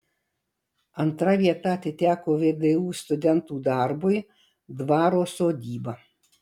antra vieta atiteko vdu studentų darbui dvaro sodyba